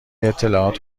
اطلاعات